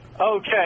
Okay